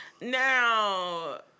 Now